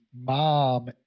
mom